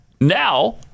now